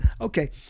Okay